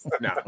No